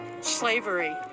slavery